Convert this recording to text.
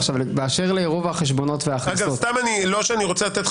באשר לעירוב החשבונות וההכנסות --- אתה יודע,